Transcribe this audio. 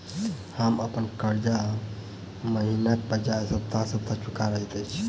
हम अप्पन कर्जा महिनाक बजाय सप्ताह सप्ताह चुका रहल छि